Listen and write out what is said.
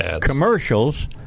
commercials